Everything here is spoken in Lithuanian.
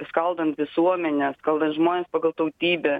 skaldant visuomenę skaldant žmones pagal tautybę